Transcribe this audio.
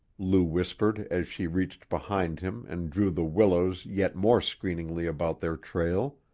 lou whispered as she reached behind him and drew the willows yet more screeningly about their trail.